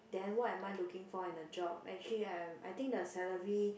then what am I looking for in a job actually I'm I think the salary